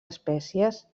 espècies